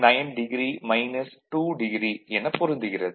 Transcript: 9 o 2o என பொருந்துகிறது